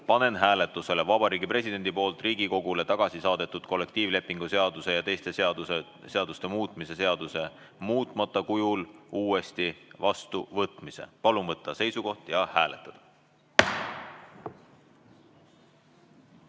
panen hääletusele Vabariigi Presidendi poolt Riigikogule tagasi saadetud kollektiivlepingu seaduse ja teiste seaduste muutmise seaduse muutmata kujul uuesti vastuvõtmise. Palun võtta seisukoht ja hääletada!